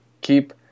Keep